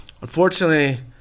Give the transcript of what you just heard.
unfortunately